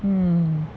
mm